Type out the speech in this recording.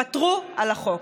ותרו על החוק.